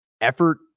effort